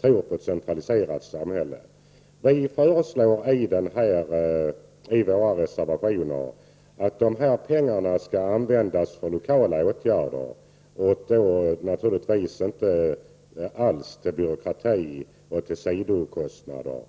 tror på ett centraliserat samhälle. Vi föreslår i våra reservationer att dessa pengar skall användas för lokala åtgärder, och naturligtvis inte alls till byråkrati och till sidokostnader.